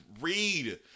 read